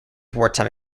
wartime